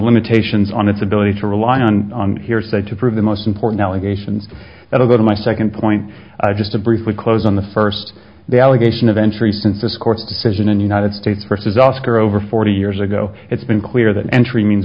limitations on its ability to rely on hearsay to prove the most important allegations that will go to my second point just to briefly close on the first the allegation of entry since this court's decision in united states versus oscar over forty years ago it's been clear that entry means